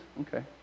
Okay